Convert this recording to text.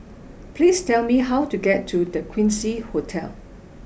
please tell me how to get to The Quincy Hotel